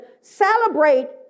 Celebrate